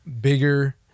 bigger